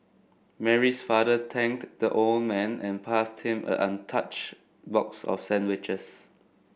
Mary's father thanked the old man and passed him a untouched box of sandwiches